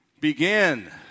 begin